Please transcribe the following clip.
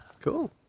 Cool